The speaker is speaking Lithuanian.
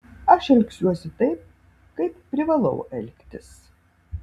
aš elgsiuosi taip kaip privalau elgtis